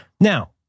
Now